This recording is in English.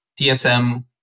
TSM